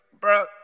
bro